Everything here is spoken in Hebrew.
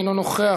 אינו נוכח,